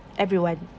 everyone